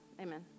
Amen